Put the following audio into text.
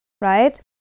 right